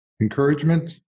encouragement